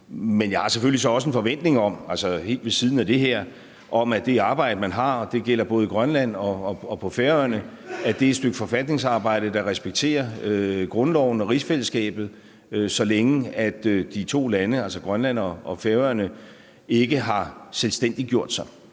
– altså helt ved siden af det her – om, at det arbejde, man har, og det gælder både i Grønland og på Færøerne, er et stykke forfatningsarbejde, der respekterer grundloven og rigsfællesskabet, så længe de to lande, altså Grønland og Færøerne, ikke har selvstændiggjort sig.